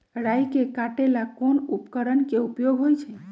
राई के काटे ला कोंन उपकरण के उपयोग होइ छई?